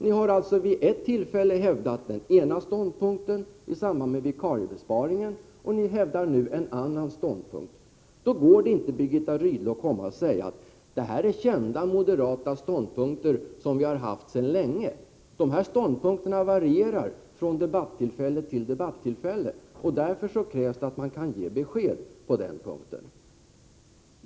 Ni har vid ett tilifälle hävdat den ena ståndpunkten — i samband med vikariebesparingen. Ni hävdar nu en annan ståndpunkt. Då går det inte, Birgitta Rydle, att komma och säga att detta är kända moderata ståndpunkter, som moderaterna har intagit sedan länge. Ståndpunkterna varierar från debattillfälle till debattillfälle, och därför krävs det besked på den här punkten.